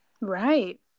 Right